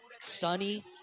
Sunny